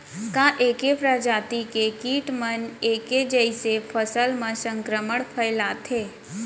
का ऐके प्रजाति के किट मन ऐके जइसे फसल म संक्रमण फइलाथें?